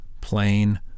plain